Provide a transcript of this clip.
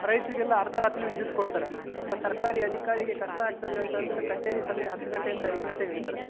ರೈತರಿಗೆಲ್ಲ ಅರ್ಧ ರಾತ್ರೀಲಿ ವಿದ್ಯುತ್ ಕೊಡ್ತಾರೆ ಒಬ್ಬ ಸರ್ಕಾರಿ ಅಧಿಕಾರಿಗೆ ಕಷ್ಟ ಆಗ್ತದೆ ಅಂತ ಅನ್ಬಿಟ್ಟು ಕಚೇರಿ ಸಮಯ ಹತ್ತು ಗಂಟೆಯಿಂದ ಐದು ಗಂಟೆಗೆ ಇಡ್ತಾರೆ